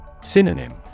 Synonym